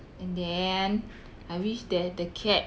and then I wish that the cat